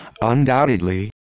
Undoubtedly